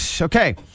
Okay